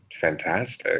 fantastic